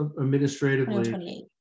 administratively